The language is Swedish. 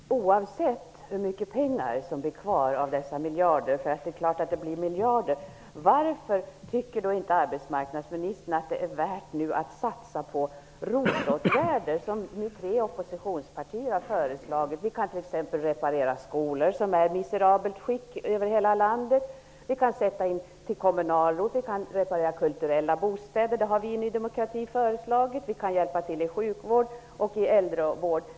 Herr talman! Oavsett hur mycket pengar som blir kvar av de här miljarderna -- och det är klart att det blir fråga om miljarder -- vill jag fråga: Varför tycker inte arbetsmarknadsministern att det är värt att satsa på ROT-åtgärder? Det har ju tre oppositionspartier föreslagit. Vi kan t.ex. reparera skolor överallt i landet som är i ett miserabelt skick. Vi kan satsa på kommunala ROT-åtgärder, och vi kan satsa på att reparera kulturella bostäder -- vilket vi i Ny demokrati har föreslagit. Vi kan hjälpa till i fråga om sjukvård och äldrevård.